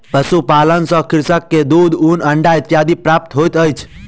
पशुपालन सॅ कृषक के दूध, ऊन, अंडा इत्यादि प्राप्त होइत अछि